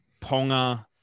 Ponga